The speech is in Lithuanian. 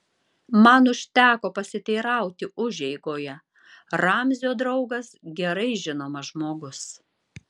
man užteko pasiteirauti užeigoje ramzio draugas gerai žinomas žmogus